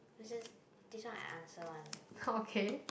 this is this one I answer one